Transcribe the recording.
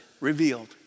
revealed